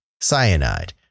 cyanide